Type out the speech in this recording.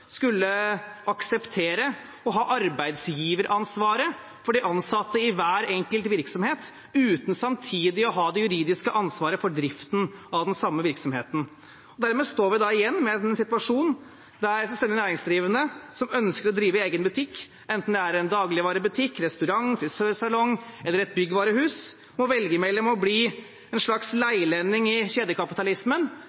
skulle akseptere å ha arbeidsgiveransvaret for de ansatte i hver enkelt virksomhet uten samtidig å ha det juridiske ansvaret for driften av den samme virksomheten. Dermed står vi igjen med den situasjonen der en selvstendig næringsdrivende som ønsker å drive egen butikk – enten det er dagligvarebutikk, restaurant, servicesalong eller byggvarehus – må velge mellom å bli en slags